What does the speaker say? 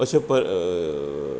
अश्यो पर